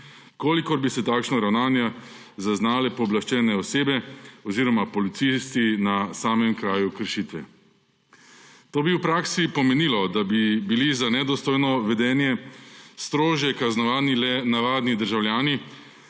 če bi takšno ravnanje zaznale pooblaščene osebe oziroma policisti na samem kraju kršitve. To bi v praksi pomenilo, da bi bili za nedostojno vedenje strožje kaznovani le navadni državljani,